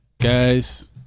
guys